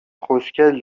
خوشکل